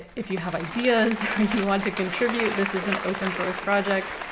if you have ideas or you want to contribute, this is an open-source project.